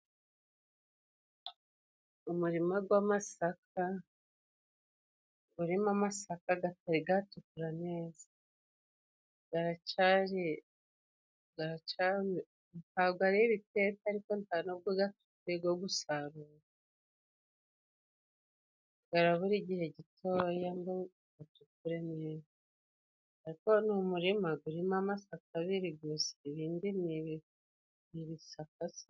Umurima w'amasaka urimo amasaka atari yatukura neza, aracyari ntabwo ari iteka, ariko nta n'ubwo yeze yo gusarurwa, aracyabura igihe gitoya ngo tuyakure mu murima, ariko ni umurima urimo amasaka abiri gusa, ibindi ni ibisakasaka.